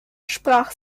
sprach